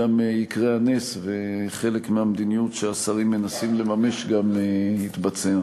גם יקרה הנס וחלק מהמדיניות שהשרים מנסים לממש גם יתבצע.